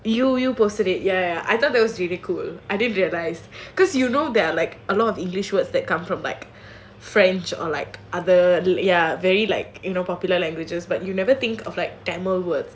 you you posted it ya ya I thought that was really cool I didn't realise because you know there are like a lot of english words that come from like french or like other ya very like you know popular languages but you never think of like tamil words